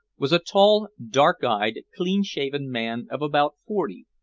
was a tall, dark-eyed, clean-shaven man of about forty,